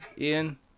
Ian